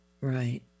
right